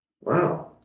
Wow